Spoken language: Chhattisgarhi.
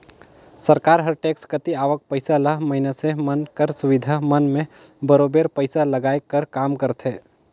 सरकार हर टेक्स कती आवक पइसा ल मइनसे मन कर सुबिधा मन में बरोबेर पइसा लगाए कर काम करथे